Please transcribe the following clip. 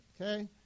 okay